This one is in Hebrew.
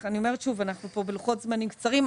אנחנו נמצאים בלוחות זמנים קצרים,